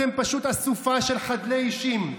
אתם פשוט אסופה של חדלי אישים.